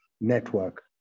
network